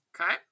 Okay